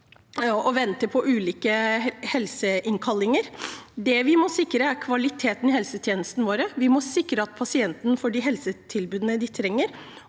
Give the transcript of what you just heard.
og vente på ulike helseinnkallinger. Det vi må sikre, er kvaliteten i helsetjenestene våre. Vi må sikre at pasientene får de helsetilbudene de trenger.